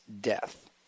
death